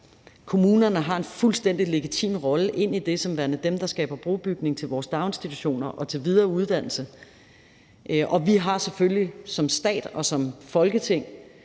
Kommunerne har en fuldstændig legitim rolle i det som dem, der skaber brobygning til vores daginstitutioner og til videre uddannelse. Og vi har selvfølgelig som stat og som Folketing